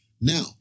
Now